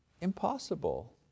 Impossible